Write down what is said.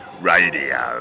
Radio